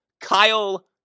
Kyle